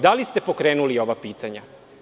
Da li ste pokrenuli ova pitanja?